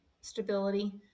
stability